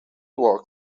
walked